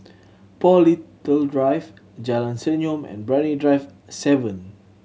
Paul Little Drive Jalan Senyum and Brani Drive Seven